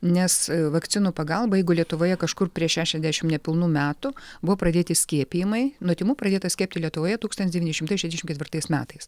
nes vakcinų pagalba jeigu lietuvoje kažkur prieš šešiasdešimt nepilnų metų buvo pradėti skiepijimai nuo tymų pradėta skiepyti lietuvoje tūkstantis devyni šimtai šešiasdešimt ketvirtais metais